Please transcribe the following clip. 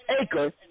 acre